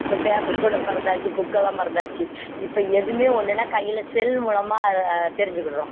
இப்போ பேப்பர் கூட மறந்தாச்சு புக்கெல்லாம் மறந்தாச்சு இப்போ எதுவுமே ஒன்றுனா கையில் செல் மூலமாக தெரிஞ்சுக்கிடுறோம்